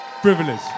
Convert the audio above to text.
Privilege